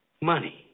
Money